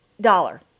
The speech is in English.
dollar